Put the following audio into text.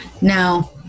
now